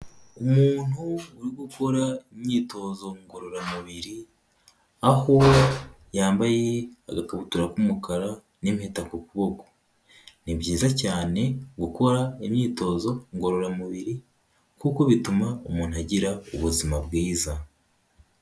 Umuntu uri gukora imyitozo ngororamubiri, aho yambaye agakabutura k'umukara n'impeta ku kuboko, ni byiza cyane gukora imyitozo ngororamubiri kuko bituma umuntu agira ubuzima bwiza.